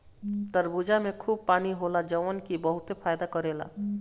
तरबूजा में खूब पानी होला जवन की बहुते फायदा करेला